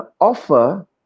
offer